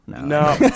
no